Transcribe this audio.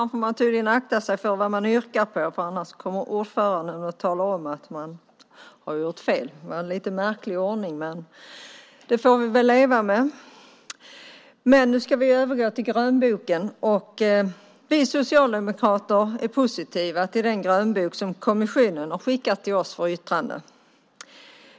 Fru talman! Vi socialdemokrater är positiva till den grönbok som kommissionen har skickat till oss för yttrande.